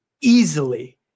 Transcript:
easily